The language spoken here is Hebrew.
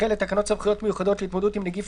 אחרי "לתקנות סמכויות מיוחדות להתמודדות עם נגיף